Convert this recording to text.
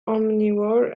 omnivore